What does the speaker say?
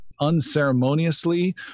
unceremoniously